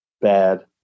bad